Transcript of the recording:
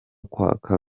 kwaka